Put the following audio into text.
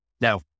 Now